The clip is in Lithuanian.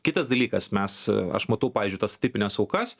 kitas dalykas mes aš matau pavyzdžiui tas tipines aukas